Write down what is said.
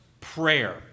prayer